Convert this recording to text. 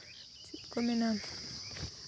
ᱪᱮᱫ ᱠᱚ ᱢᱮᱱᱟ